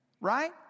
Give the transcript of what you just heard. right